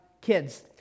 kids